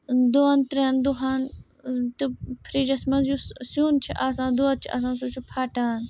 دۄن ترٛٮ۪ن دۄہَن تہٕ فرٛجَس منٛز یُس سیُن چھُ آسان دۄد چھُ آسان سُہ چھُ پھَٹان